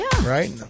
right